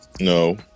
No